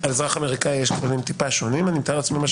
על אזרח אמריקאי יש כללים טיפה שונים אני מתאר לעצמי,